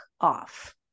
off